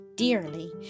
Dearly